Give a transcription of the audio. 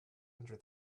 under